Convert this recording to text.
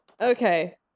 Okay